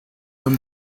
from